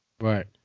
Right